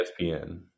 ESPN